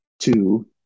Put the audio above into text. two